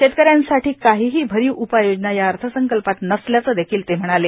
शेतकऱ्यांसाठी काहीही भरीव उपाययोजना या अर्थसंकल्पात नसल्याचं देखिल ते म्हणाले